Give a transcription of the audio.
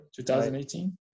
2018